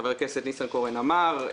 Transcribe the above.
שחבר הכנסת ניסנקורן אמר,